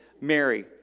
Mary